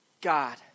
God